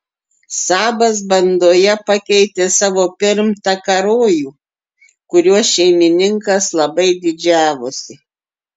sabas bandoje pakeitė savo pirmtaką rojų kuriuo šeimininkas labai didžiavosi